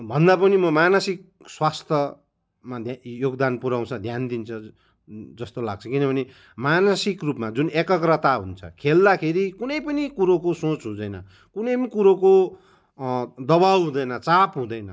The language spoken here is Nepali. भन्दा पनि म मानसिक स्वास्थ्यमा योगदान पुर्याउँछ ध्यान दिन्छ जस्तो लाग्छ किनभने मानसिक रूपमा जुन एकाग्रता हुन्छ खेल्दाखेरि कुनै पनि कुरोको सोच हुँदैन कुनै पनि कुरोको दबाउ हुँदैन चाप हुँदैन